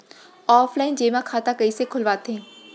Offline जेमा खाता कइसे खोलवाथे?